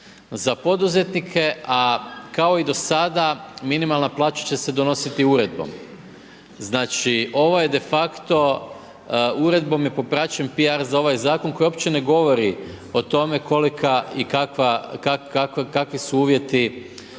za poduzetnike, a kao i do sada minimalna plaća će se donositi uredbom. Znači ovo je defakto uredbom je popraćen piar za ovaj zakon koji uopće ne govori o tome kolika i kakva, kakvi su uvjeti,